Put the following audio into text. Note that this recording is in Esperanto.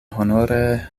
honore